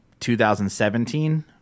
2017